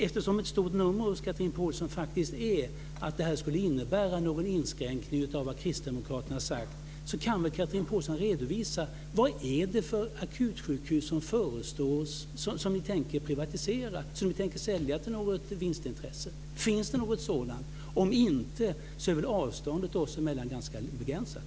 Eftersom ett stort nummer hos Chatrine Pålsson faktiskt är att det här skulle innebära någon inskränkning av vad kristdemokraterna har sagt kan väl Chatrine Pålsson redovisa vad det är för akutsjukhus som ni tänker privatisera, som ni tänker sälja till någon som har vinstintresse? Finns det något sådant? Om det inte finns är väl avståndet oss emellan ganska begränsat?